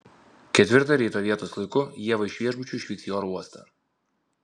ketvirtą ryto vietos laiku ieva iš viešbučio išvyks į oro uostą